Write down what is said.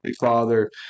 father